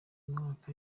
umwaka